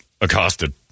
accosted